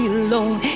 alone